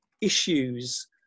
issues